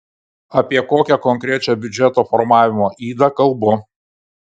apie kokią konkrečią biudžeto formavimo ydą kalbu